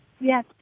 Yes